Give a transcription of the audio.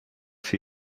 für